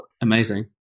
amazing